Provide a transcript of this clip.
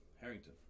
Harrington